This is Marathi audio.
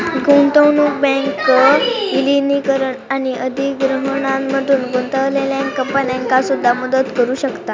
गुंतवणूक बँक विलीनीकरण आणि अधिग्रहणामध्ये गुंतलेल्या कंपन्यांका सुद्धा मदत करू शकतत